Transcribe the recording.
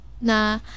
na